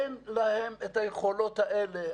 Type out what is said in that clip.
אין להם את היכולות האלה.